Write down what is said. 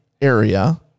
area